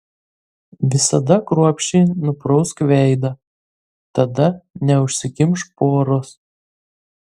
visada kruopščiai nuprausk veidą tada neužsikimš poros